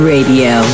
Radio